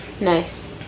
Nice